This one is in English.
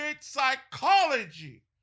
psychology